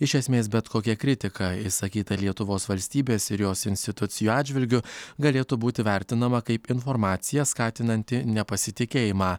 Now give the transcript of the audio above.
iš esmės bet kokia kritika išsakyta lietuvos valstybės ir jos institucijų atžvilgiu galėtų būti vertinama kaip informacija skatinanti nepasitikėjimą